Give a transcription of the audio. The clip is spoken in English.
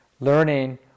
learning